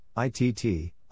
ITT